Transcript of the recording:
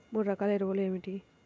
మూడు రకాల ఎరువులు ఏమిటి?